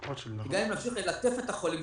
כי גם אם נמשיך ללטף את החולים,